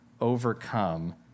overcome